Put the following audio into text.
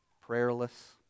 prayerless